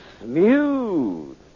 smooth